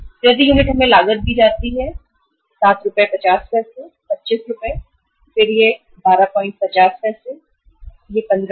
प्रति यूनिट हमें लागत दी जाती है 7 रुपये 50 पैसे 25 रु फिर यह 125 है तब यह 15 है और यह 5 सही है